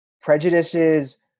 prejudices